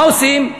מה עושים?